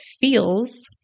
feels